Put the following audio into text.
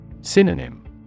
Synonym